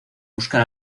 buscar